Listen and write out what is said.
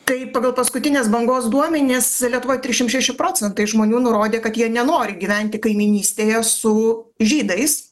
tai pagal paskutinės bangos duomenis lietuvoj trišim šeši procentai žmonių nurodė kad jie nenori gyventi kaimynystėje su žydais